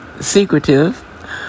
secretive